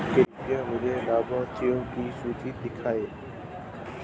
कृपया मुझे लाभार्थियों की सूची दिखाइए